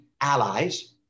allies